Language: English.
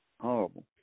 Horrible